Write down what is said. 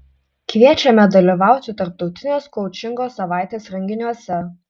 kviečiame dalyvauti tarptautinės koučingo savaitės renginiuose